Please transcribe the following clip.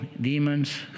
demons